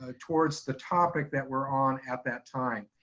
ah towards the topic that we're on at that time.